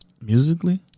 Musically